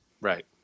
Right